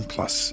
Plus